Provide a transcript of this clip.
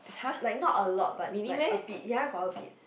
like not a lot but like a bit ya got a bit